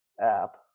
app